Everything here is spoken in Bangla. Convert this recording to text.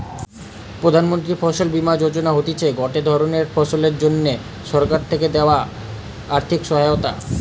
প্রধান মন্ত্রী ফসল বীমা যোজনা হতিছে গটে ধরণের ফসলের জন্যে সরকার থেকে দেয়া আর্থিক সহায়তা